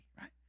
right